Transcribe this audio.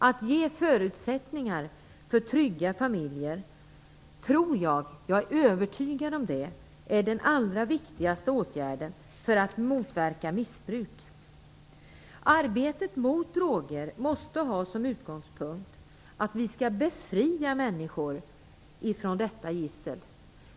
Jag är övertygad om att den allra viktigaste åtgärden för att motverka missbruk är att ge förutsättningar för trygga familjer. Arbetet mot droger måste ha som utgångspunkt att vi skall befria människor från detta gissel.